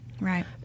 Right